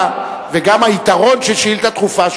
הרבותא וגם היתרון של שאילתא דחופה,